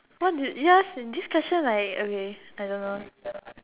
what do ya this question like okay I don't know